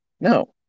No